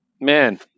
man